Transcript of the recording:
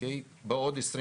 בעוד 25,